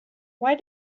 why